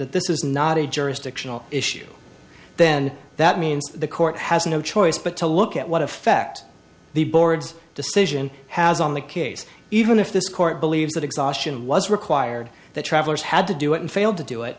that this is not a jurisdictional issue then that means the court has no choice but to look at what effect the board's decision has on the case even if this court believes that exhaustion was required that travelers had to do it and failed to do it